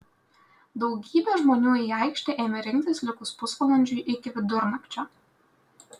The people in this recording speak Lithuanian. daugybė žmonių į aikštę ėmė rinktis likus pusvalandžiui iki vidurnakčio